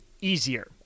easier